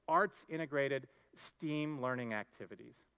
arts-integrated steam learning activities.